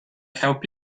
help